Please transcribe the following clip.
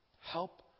help